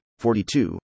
42